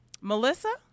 Melissa